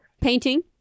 Painting